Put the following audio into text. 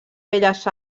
belles